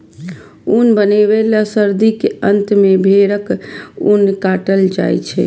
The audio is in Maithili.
ऊन बनबै लए सर्दी के अंत मे भेड़क ऊन काटल जाइ छै